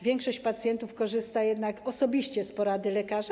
Większość pacjentów korzysta jednak osobiście z porady lekarza.